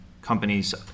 companies